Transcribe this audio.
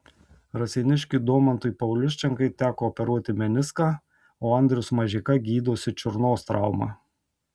raseiniškiui domantui pauliuščenkai teko operuoti meniską o andrius mažeika gydosi čiurnos traumą